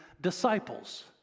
disciples